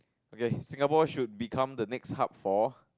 okay Singapore should be the next hub for